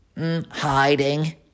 hiding